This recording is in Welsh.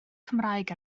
cymraeg